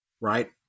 right